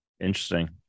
Interesting